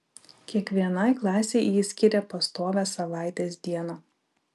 kiekvienai klasei ji skiria pastovią savaitės dieną